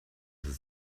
ist